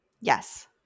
Yes